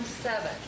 seven